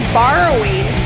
borrowing